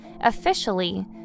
Officially